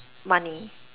money